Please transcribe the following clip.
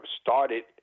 started